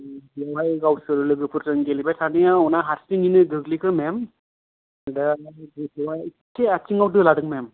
बावहाय गावसोर लोगोफोरजों गेलेबाय थानायाव ना हारसिं नों गोग्लैखो मेम दा बावहाय एसे आथिंआव दोलादों मेम